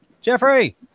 jeffrey